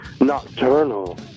Nocturnal